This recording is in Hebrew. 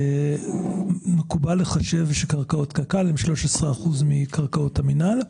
מקובל לחשב שקרקעות קק"ל הן 13% מקרקעות המינהל.